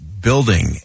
building